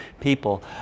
people